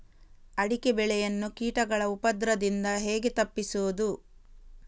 ಅಡಿಕೆ ಬೆಳೆಯನ್ನು ಕೀಟಗಳ ಉಪದ್ರದಿಂದ ಹೇಗೆ ತಪ್ಪಿಸೋದು?